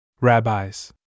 Rabbis